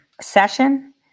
session